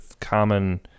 common